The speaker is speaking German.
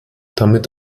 damit